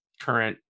current